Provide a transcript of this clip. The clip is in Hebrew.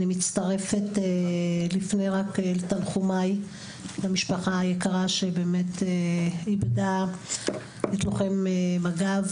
אני מצטרפת לפני לתנחומי למשפחה היקרה שבאמת איבדה את לוחם מג"ב,